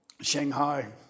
Shanghai